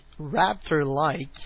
raptor-like